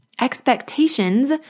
Expectations